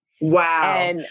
Wow